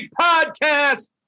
podcast